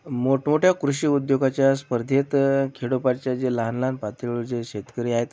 मोठमोठ्या कृषी उद्योगाच्या स्पर्धेत खेडोपाडच्या जे लहान लहान पातळीवरचे शेतकरी आहेत